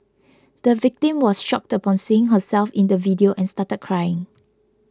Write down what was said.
the victim was shocked upon seeing herself in the video and started crying